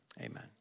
amen